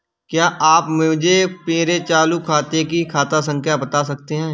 क्या आप मुझे मेरे चालू खाते की खाता संख्या बता सकते हैं?